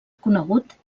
conegut